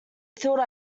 thought